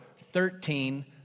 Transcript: thirteen